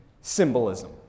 symbolism